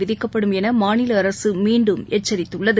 விதிக்கப்படும் என மாநில அரசு மீண்டும் எச்சரித்துள்ளது